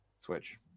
Switch